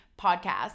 podcast